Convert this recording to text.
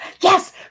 yes